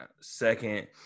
Second